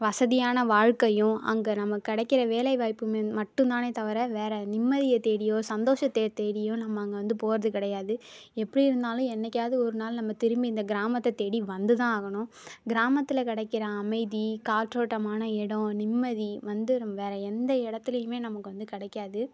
வசதியான வாழ்க்கையும் அங்கே நமக்கு கிடைக்கற வேலை வாய்ப்பும் மட்டுந்தானே தவிர வேற நிம்மதியை தேடியோ சந்தோஷத்த தேடியோ நம்ம அங்கே வந்து போகிறது கிடையாது எப்படி இருந்தாலும் என்னைக்காவது ஒரு நாள் நம்ம திரும்பி இந்த கிராமத்தை தேடி வந்துதான் ஆகணும் கிராமத்தில் கிடைக்குற அமைதி காற்றோட்டமான இடம் நிம்மதி வந்து வேற எந்த இடத்துலயுமே நமக்கு வந்து கிடைக்காது